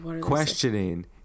questioning